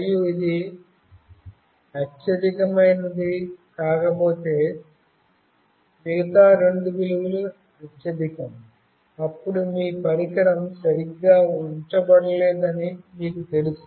మరియు అది అత్యధికమైనది కాకపోతే మిగతా రెండు విలువలు అత్యధికం అప్పుడు మీ పరికరం సరిగ్గా ఉంచబడలేదని మీకు తెలుసు